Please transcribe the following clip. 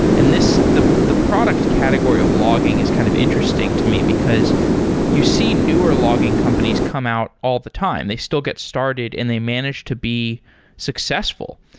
and the the product category of logging is kind of interesting to me, because you see newer logging companies come out all the time. they still get started and they manage to be successful.